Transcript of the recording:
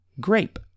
Grape